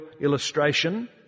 illustration